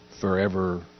forever